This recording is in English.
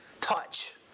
touch